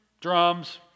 Drums